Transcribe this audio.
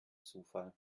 zufall